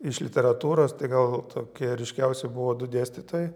iš literatūros tai gal tokie ryškiausi buvo du dėstytojai